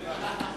לא נראה לי.